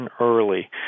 early